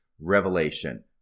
revelation